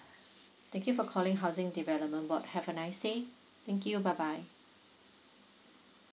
thank you for calling housing development board have a nice day thank you bye bye